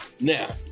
Now